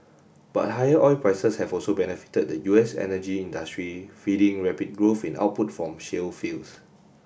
but higher oil prices have also benefited the U S energy industry feeding rapid growth in output from shale fields